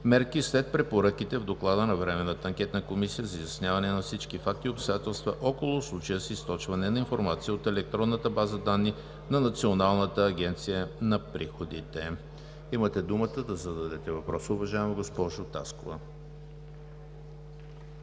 мерки след препоръките в Доклада на Временната анкетна комисия за изясняване на всички факти и обстоятелства около случая с източване на информация от електронната база данни на Националната агенция за приходите. Имате думата да зададете въпроса, уважаема госпожо Таскова.